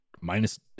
minus